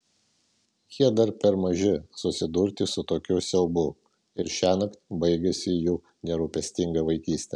jie dar per maži susidurti su tokiu siaubu ir šiąnakt baigiasi jų nerūpestinga vaikystė